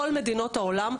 כל מדינות העולם,